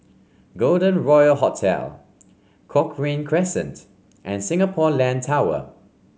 Golden Royal Hotel Cochrane Crescent and Singapore Land Tower